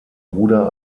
bruder